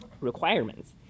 requirements